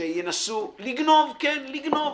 שינסו לגנוב כן, לגנוב,